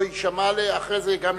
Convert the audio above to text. לא יישמע ל-; אחרי זה גם ישמיע.